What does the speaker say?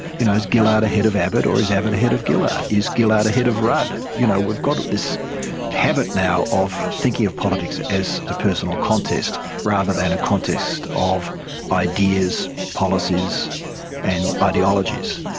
you know, is gillard ahead of abbott or is abbott ahead of gillard? is gillard ahead of rudd? you know we've got this habit now of thinking of politics as a personal contest rather than a contest of ideas, policies and ideologies.